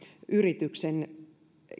yrityksen